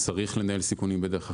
צריך לנהל סיכונים בדרך אחרת.